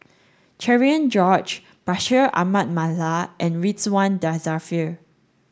Cherian George Bashir Ahmad Mallal and Ridzwan Dzafir